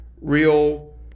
real